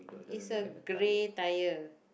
is a grey tire